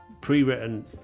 pre-written